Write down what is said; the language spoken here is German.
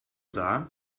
sah